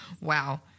wow